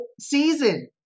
season